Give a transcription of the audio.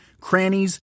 crannies